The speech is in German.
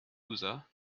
user